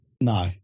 No